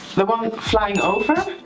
the one flying over?